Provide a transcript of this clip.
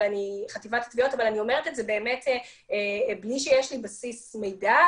אבל אני אומרת את זה בלי שיש לי בסיס מידע,